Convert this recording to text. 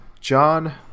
John